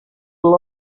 will